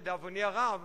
לדאבוני הרב,